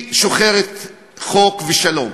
היא שוחרת חוק ושלום.